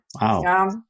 Wow